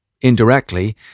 indirectly